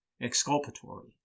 exculpatory